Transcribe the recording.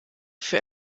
für